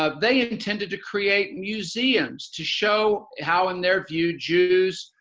ah they intended to create museums to show how in their view jews,